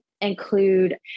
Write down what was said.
include